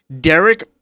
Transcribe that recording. Derek